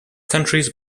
countries